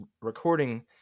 recording